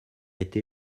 été